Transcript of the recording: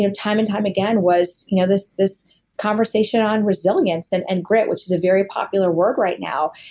you know time and time again, was you know this this conversation on resilience and and grit, which is a very popular word right now.